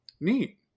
Neat